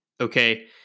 Okay